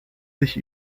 sich